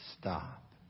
stop